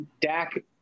Dak